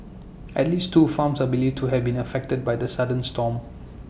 at least two farms are believed to have been affected by the sudden storm